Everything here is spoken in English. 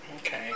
Okay